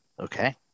Okay